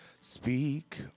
Speak